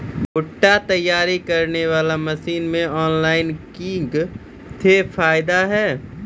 भुट्टा तैयारी करें बाला मसीन मे ऑनलाइन किंग थे फायदा हे?